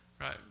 right